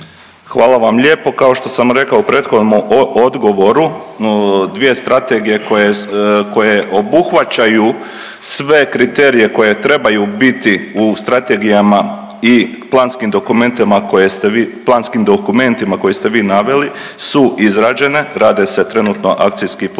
Hvala vam lijepo. Kao što sam rekao u prethodnom odgovoru, dvije strategije koje, koje obuhvaćaju sve kriterije koje trebaju biti u strategijama i planskim dokumentima koje ste vi, planskim dokumentima koje ste vi naveli su izrađene, rade se trenutno akcijski planovi.